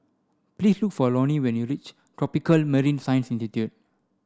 please look for Lonie when you reach Tropical Marine Science Institute